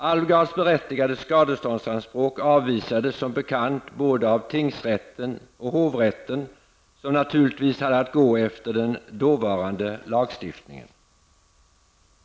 Alvgards berättigade skadeståndsanspråk avvisades som bekant både av tingsrätten och av hovrätten, som naturligtvis hade att gå efter den dåvarande lagstiftningen.